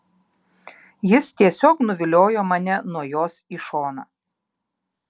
jis tiesiog nuviliojo mane nuo jos į šoną